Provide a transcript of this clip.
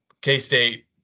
K-State